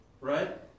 Right